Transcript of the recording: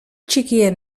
txikien